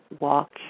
walk